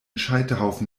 scheiterhaufen